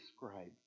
describe